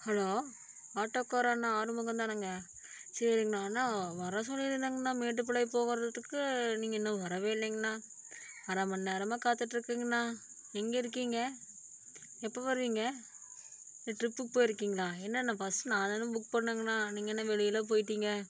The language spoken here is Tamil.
ஹலோ ஆட்டோக்கார அண்ணா ஆறுமுகம் தானேங்க சரிங்ணா அண்ணா வர சொல்லியிருந்தேங்ணா மேட்டுப்பாளையம் போகிறதுக்கு நீங்கள் இன்னும் வரவே இல்லேங்கணா அரைமண் நேரமாக காத்திட்ருக்கேங்ணா எங்கே இருக்கீங்க எப்போ வருவீங்க ட்ரிப்புக்கு போயிருக்கீங்களா என்னன்ணா ஃபஸ்ட் நான் தானே புக் பண்ணிணங்கண்ணா நீங்கள் என்ன வெளியில் போயிட்டீங்க